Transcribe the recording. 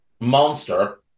monster